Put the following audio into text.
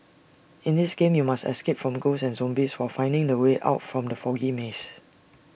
in this game you must escape from ghosts and zombies while finding the way out from the foggy maze